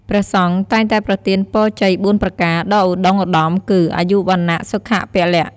ព្រះសង្ឃតែងតែប្រទានពរជ័យ៤ប្រការដ៏ឧត្ដុង្គឧត្ដមគឺ អាយុ វណ្ណៈ សុខៈ ពលៈ។